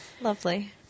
Lovely